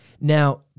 now